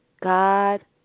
God